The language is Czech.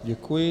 Děkuji.